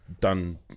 done